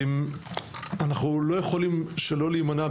אנחנו לא יכולים להימנע,